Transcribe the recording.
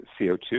CO2